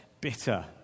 bitter